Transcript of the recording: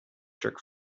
jerk